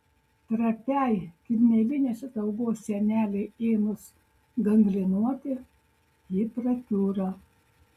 trapiai kirmėlinės ataugos sienelei ėmus gangrenuoti ji prakiūra